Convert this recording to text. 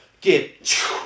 get